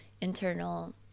internal